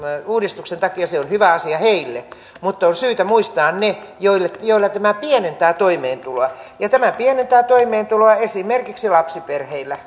uudistuksen takia on hyvä asia heille mutta on syytä muistaa ne joilla tämä pienentää toimeentuloa tämä pienentää toimeentuloa esimerkiksi opiskelijoiden lapsiperheillä